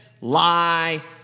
lie